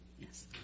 Yes